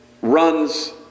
runs